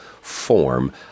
form